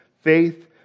faith